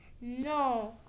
No